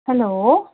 hello